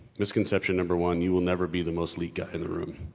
misconception number one you will never be the most elite guy in the room.